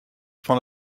fan